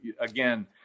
again